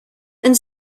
and